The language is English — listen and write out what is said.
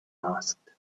asked